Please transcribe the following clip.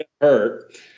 Hurt